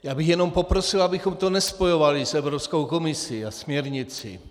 Já bych jenom poprosil, abychom to nespojovali s Evropskou komisí a směrnicí.